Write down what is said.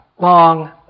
long